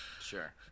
Sure